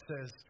says